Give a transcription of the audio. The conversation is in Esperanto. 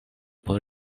por